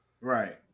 Right